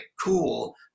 cool